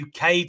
UK